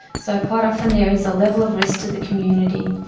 so quite often there is a level of risk to the community.